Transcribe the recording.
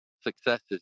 successes